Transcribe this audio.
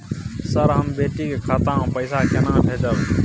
Sir, हम बेटी के खाता मे पैसा केना भेजब?